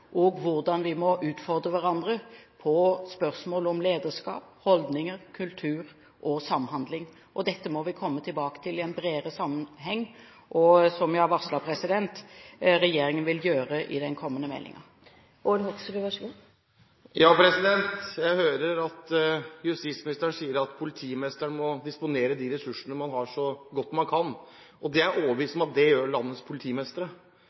og hvordan vi må utfordre hverandre på spørsmål om lederskap, holdninger, kultur og samhandling. Dette må vi komme tilbake til i en bredere sammenheng, og som jeg har varslet regjeringen vil gjøre i den kommende meldingen. Jeg hører at justisministeren sier at politimestrene må disponere de ressursene man har, så godt man kan, og det er jeg overbevist om at landets politimestre